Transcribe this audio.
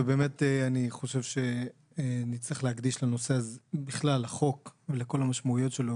אני חושב שנצטרך להקדיש לחוק בכלל ולכל המשמעויות שלו,